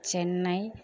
Chennai